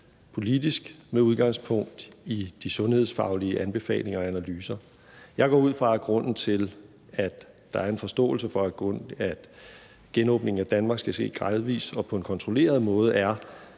politisk med udgangspunkt i de sundhedsfaglige anbefalinger og analyser. Jeg går ud fra, at grunden til, at der er en forståelse for, at genåbningen af Danmark skal ske gradvis og på en kontrolleret måde, er,